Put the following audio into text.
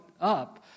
up